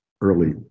early